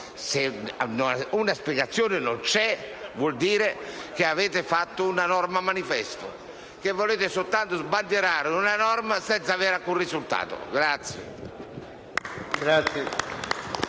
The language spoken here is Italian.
se una spiegazione non c'è, vuol dire che avete fatto una norma manifesto, ovvero che volete soltanto sbandierare una norma senza raggiungere alcun risultato.